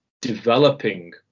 developing